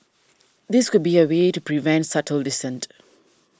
this could be a way to prevent subtle dissent